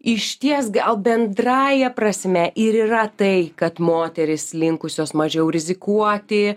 išties gal bendrąja prasme ir yra tai kad moterys linkusios mažiau rizikuoti